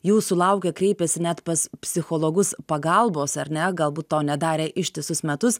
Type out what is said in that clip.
jų sulaukę kreipiasi net pas psichologus pagalbos ar ne galbūt to nedarę ištisus metus